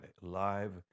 live